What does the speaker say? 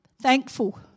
Thankful